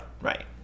right